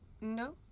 No